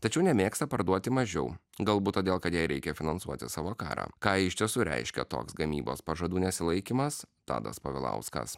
tačiau nemėgsta parduoti mažiau galbūt todėl kad jai reikia finansuoti savo karą ką iš tiesų reiškia toks gamybos pažadų nesilaikymas tadas povilauskas